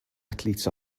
athletes